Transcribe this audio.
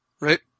right